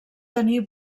tenir